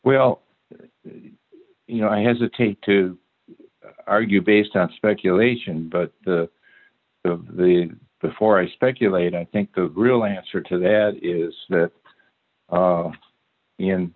well you know i hesitate to argue based on speculation but the the before i speculate i think the real answer to that is that